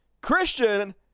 Christian